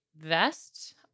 vest